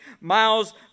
miles